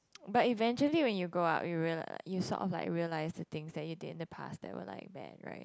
but eventually when you grow up you reali~ sort of like realized the things that you did in the past they were like that right